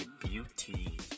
beauty